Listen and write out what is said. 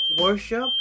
worship